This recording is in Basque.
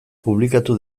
publikatu